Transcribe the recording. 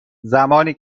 زمانی